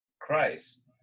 Christ